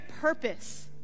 purpose